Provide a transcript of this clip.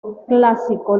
clásico